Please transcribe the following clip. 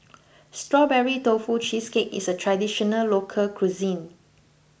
Strawberry Tofu Cheesecake is a Traditional Local Cuisine